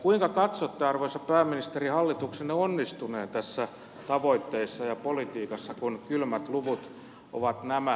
kuinka katsotte arvoisa pääministeri hallituksenne onnistuneen tässä tavoitteessa ja politiikassa kun kylmät luvut ovat nämä